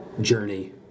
journey